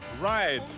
right